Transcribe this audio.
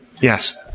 Yes